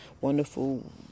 wonderful